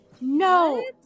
No